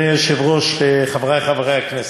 אדוני היושב-ראש, חברי חברי הכנסת,